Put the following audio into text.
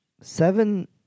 seven